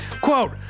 Quote